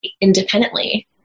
independently